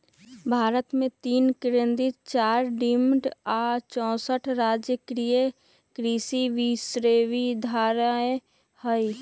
भारत मे तीन केन्द्रीय चार डिम्ड आ चौसठ राजकीय कृषि विश्वविद्यालय हई